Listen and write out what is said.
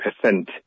percent